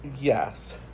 Yes